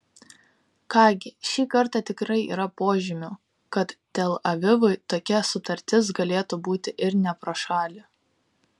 ką gi šį kartą tikrai yra požymių kad tel avivui tokia sutartis galėtų būti ir ne pro šalį